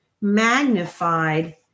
magnified